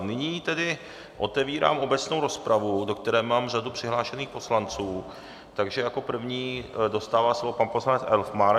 Nyní tedy otevírám obecnou rozpravu, do které mám řadu přihlášených poslanců, takže jako první dostává slovo pan poslanec Elfmark.